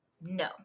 no